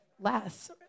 less